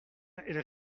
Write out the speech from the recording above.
elles